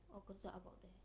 august ah about there